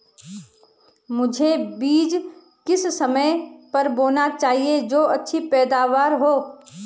मुझे बीज किस समय पर बोना चाहिए जो अच्छी पैदावार हो?